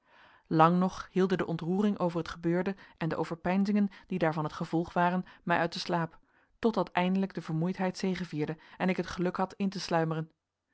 lang nog hielden de ontroering over het gebeurde en de overpeinzingen die daarvan het gevolg waren mij uit den slaap totdat eindelijk de vermoeidheid zegevierde en ik het geluk had in te sluimeren